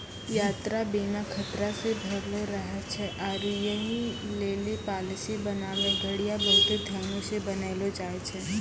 यात्रा बीमा खतरा से भरलो रहै छै आरु यहि लेली पालिसी बनाबै घड़ियां बहुते ध्यानो से बनैलो जाय छै